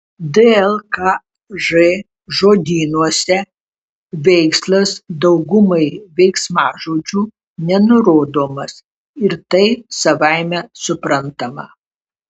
dlkž žodynuose veikslas daugumai veiksmažodžių nenurodomas ir tai savaime suprantama